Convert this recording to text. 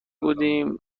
بودیم